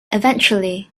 eventually